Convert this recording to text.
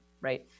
right